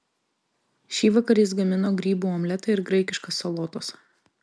šįvakar jis gamino grybų omletą ir graikiškas salotas